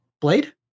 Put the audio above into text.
Blade